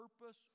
purpose